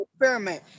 experiment